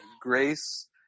grace